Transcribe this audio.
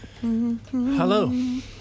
Hello